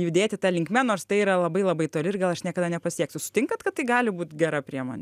judėti ta linkme nors tai yra labai labai toli ir gal aš niekada nepasieksiu sutinkat kad tai gali būt gera priemonė